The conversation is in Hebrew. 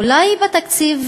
אולי בתקציב